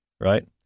Right